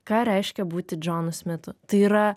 ką reiškia būti džonu smitu tai yra